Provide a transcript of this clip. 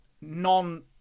non